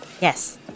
Yes